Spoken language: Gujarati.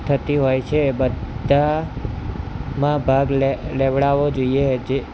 થતી હોય છે બધામાં ભાગ લેવ લેવડાવો જોઈએ જે